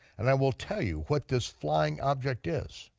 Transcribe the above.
and i will tell you what this flying object is.